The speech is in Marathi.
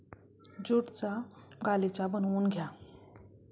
ज्यूटचा गालिचा बनवून घ्या